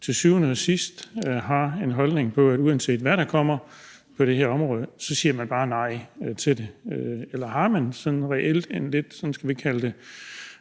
til syvende og sidst har den holdning, at uanset hvad der kommer på det her område, så siger man bare nej til det. Eller har man sådan reelt, skal vi kalde det